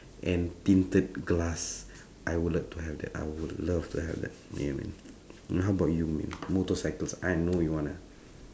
and tinted glass I would like to have that I would love to have that yeah man and how about you man motorcycles I know you wanna